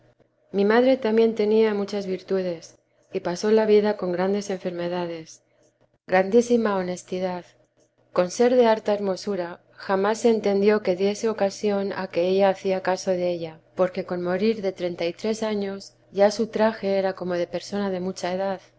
mi madre también tenía muchas virtudes y pasó la vida con grandes enfermedades y grandísima honestidad con ser de harta hermosura jamás se entendió que diese ocasión a que ella hacía vida de la santa madre caso de ella porque con morir de treinta y tres años ya su traje era como de persona de mucha edad